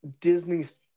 Disney's